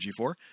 G4